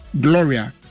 Gloria